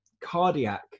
cardiac